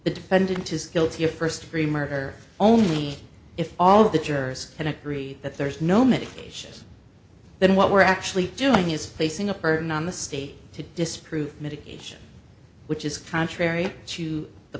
the defendant is guilty of first degree murder only if all of the jurors can agree that there is no medication then what we're actually doing is facing a burden on the state to disprove medication which is contrary to the